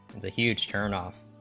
the huge turn off,